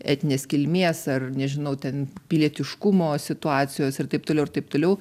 etninės kilmės ar nežinau ten pilietiškumo situacijos ir taip toliau ir taip toliau